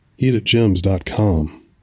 eatatgems.com